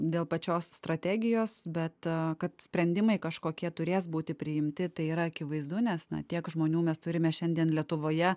dėl pačios strategijos bet kad sprendimai kažkokie turės būti priimti tai yra akivaizdu nes na tiek žmonių mes turime šiandien lietuvoje